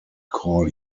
call